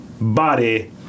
body